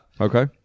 okay